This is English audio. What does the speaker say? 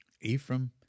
Ephraim